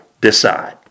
decide